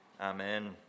Amen